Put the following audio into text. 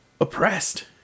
oppressed